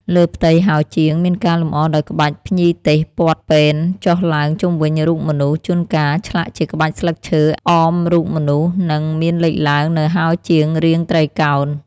លើផ្ទៃហោជាង មានការលម្អដោយក្បាច់ភ្ញីទេសព័ទ្ធពេនចុះឡើងជុំវិញរូបមនុស្ស ជូនកាលឆ្លាក់ជាក្បាច់ស្លឹកឈើអមរូបមនុស្ស និង មានលេចឡើងនូវហោជាងរាងត្រីកោណ។